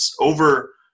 over